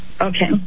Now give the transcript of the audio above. Okay